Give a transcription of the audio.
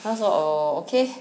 他说哦 okay